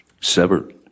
severed